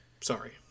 Sorry